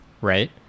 right